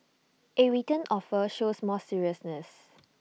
A written offer shows more seriousness